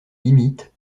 limites